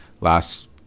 last